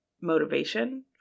motivation